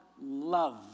love